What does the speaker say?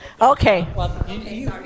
Okay